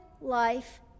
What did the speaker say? life